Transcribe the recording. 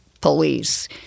police